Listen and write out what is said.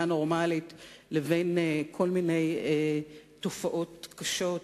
נורמלית לבין כל מיני תופעות קשות,